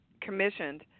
commissioned